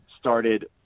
started